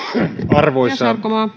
arvoisa